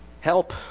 help